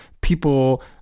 people